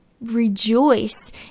rejoice